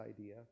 idea